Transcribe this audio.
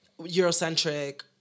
Eurocentric